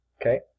Okay